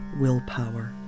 willpower